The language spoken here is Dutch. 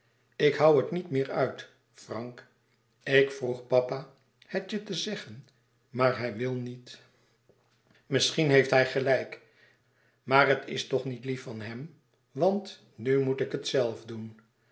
ik hoû het niet meer uit frank ik vroeg papa het je te zeggen maar hij wil niet misschien heeft hij gelijk maar het is toch niet lief van hem want nu moet ik het zelf doen